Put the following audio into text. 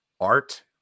art